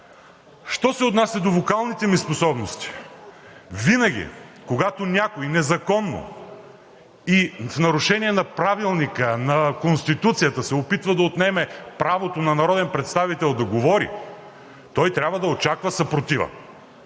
Що се отнася до вокалните ми способности – винаги, когато някой незаконно и в нарушение на Правилника, на Конституцията се опитва да отнеме правото на народен представител да говори, той трябва да очаква съпротива.